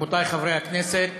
רבותיי חברי הכנסת,